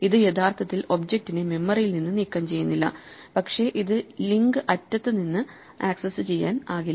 ഇത് യഥാർത്ഥത്തിൽ ഒബ്ജക്റ്റിനെ മെമ്മറിയിൽ നിന്ന് നീക്കം ചെയ്യുന്നില്ല പക്ഷേ ഇത് ലിങ്ക് അറ്റത്ത് നിന്ന് ആക്സസ്സുചെയ്യാനാകില്ല